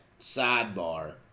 sidebar